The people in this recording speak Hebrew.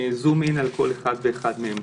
יום וחצי עם שלוש רציחות של נשים,